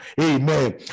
Amen